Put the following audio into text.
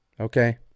okay